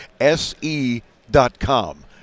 se.com